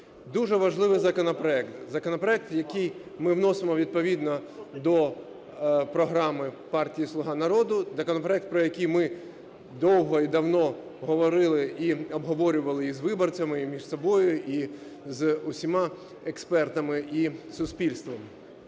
Дуже важливий законопроект. Законопроект, який ми вносимо відповідно до програми партії "Слуга народу", законопроект, про який ми довго і давно говорили і обговорювали з виборцями і між собою, і з усіма експертами, і суспільством.